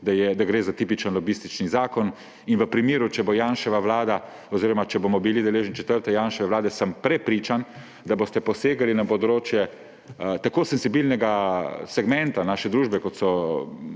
da gre za tipičen lobistični zakon. In v primeru, če bomo deležni četrte Janševe vlade, sem prepričan, da boste posegali na področje tako senzibilnega segmenta naše družbe, kot je